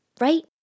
right